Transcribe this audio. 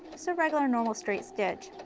so of like like a normal straight stitch.